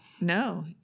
No